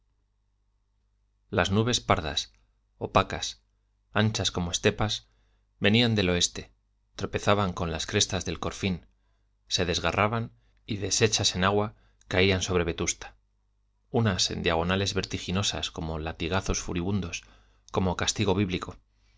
xviii las nubes pardas opacas anchas como estepas venían del oeste tropezaban con las crestas de corfín se desgarraban y deshechas en agua caían sobre vetusta unas en diagonales vertiginosas como latigazos furibundos como castigo bíblico